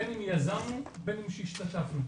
בין אם יזמנו בין אם שהשתתפנו.